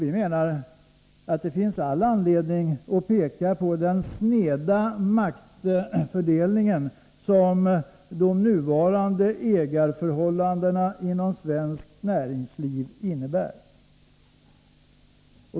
Vi menar att det finns all anledning att peka på den sneda maktfördelning som de nuvarande ägarförhållandena inom svenskt näringsliv innebär.